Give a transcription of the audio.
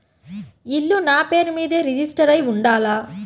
ఇల్లు నాపేరు మీదే రిజిస్టర్ అయ్యి ఉండాల?